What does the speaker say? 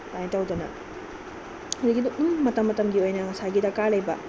ꯑꯗꯨꯃꯥꯏꯅ ꯇꯧꯗꯅ ꯑꯗꯒꯤꯗꯤ ꯃꯇꯝ ꯃꯇꯝꯒꯤ ꯑꯣꯏꯅ ꯉꯁꯥꯏꯒꯤ ꯗꯔꯀꯥꯔ ꯂꯩꯕ